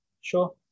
Sure